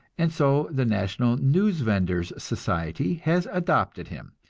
and so the national newsvenders' society has adopted him,